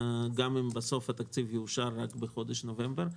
גם אם בסוף התקציב יאושר רק בחודש נובמבר.